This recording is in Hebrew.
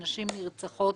שנשים נרצחות